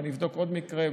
ואני אבדוק עוד מקרה,